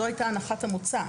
זו הייתה הנחת המוצא,